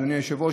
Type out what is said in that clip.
אדוני היושב-ראש,